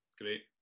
great